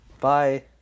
Bye